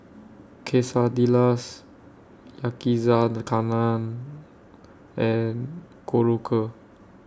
Quesadillas Yakizakana and Korokke